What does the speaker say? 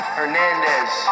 Hernandez